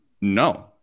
No